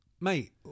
Mate